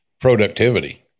productivity